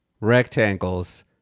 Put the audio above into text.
rectangles